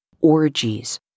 orgies